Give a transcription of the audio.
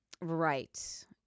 right